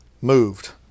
moved